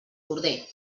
corder